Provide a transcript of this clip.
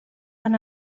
van